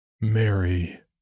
Mary